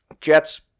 Jets